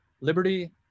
Liberty